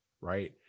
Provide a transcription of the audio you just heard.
right